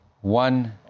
One